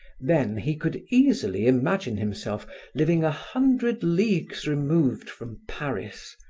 then he could easily imagine himself living a hundred leagues removed from paris,